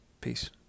Peace